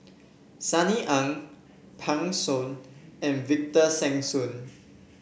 Sunny Ang Pan Shou and Victor Sassoon